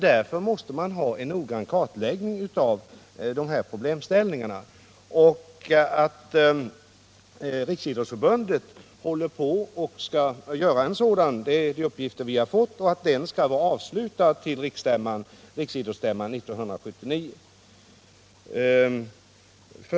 Därför måste vi göra en noggrann kartläggning av dessa problem. Vi har också fått uppgifter om att Riksidrottsförbundet håller på att göra en sådan kartläggning och att den skall vara klar till riksidrottsmötet 1979.